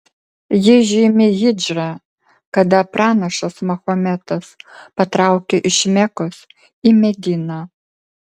ji žymi hidžrą kada pranašas mahometas patraukė iš mekos į mediną